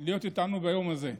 להיות איתנו ביום הזה.